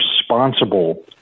responsible